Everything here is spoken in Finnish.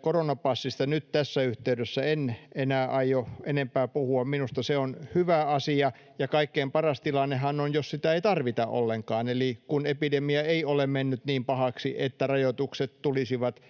koronapassista nyt tässä yhteydessä en enää aio enempää puhua. Minusta se on hyvä asia, ja kaikkein paras tilannehan on, jos sitä ei tarvita ollenkaan eli jos epidemia ei menisi niin pahaksi, että rajoitukset tulisivat,